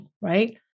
right